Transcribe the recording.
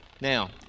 now